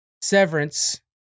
Severance